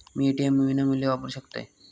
मी ATM विनामूल्य वापरू शकतय?